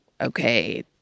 okay